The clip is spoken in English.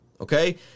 Okay